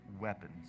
weapons